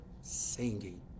singing